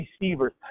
receivers